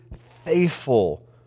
faithful